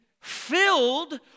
filled